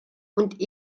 und